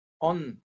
on